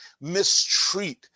mistreat